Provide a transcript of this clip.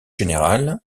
général